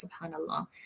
subhanAllah